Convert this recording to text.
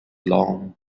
long